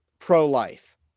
pro-life